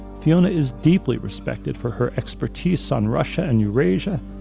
fiona is deeply respected for her expertise on russia and eurasia,